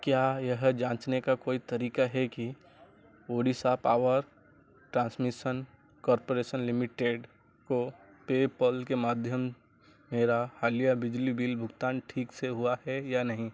क्या यह जाँचने का कोई तरीक़ा है कि Odisha power transmission corporation limited को पेपल के माध्यम मेरा हालिया बिजली बिल भुगतान ठीक से हुआ है या नहीं